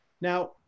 Now